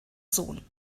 sohn